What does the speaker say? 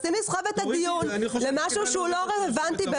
מנסים לסחוב את הדיון למשהו שהוא לא רלוונטי.